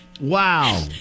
Wow